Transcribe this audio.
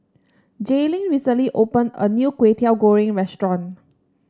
Jaelynn recently opened a new Kway Teow Goreng restaurant